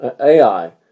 Ai